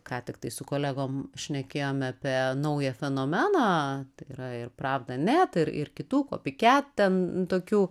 ką tik tai su kolegom šnekėjome apie naują fenomeną tai yra ir pravda net ir ir kitų kopiket ten tokių